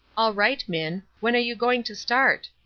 all right, minn. when are you going to start?